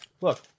look